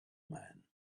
man